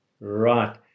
Right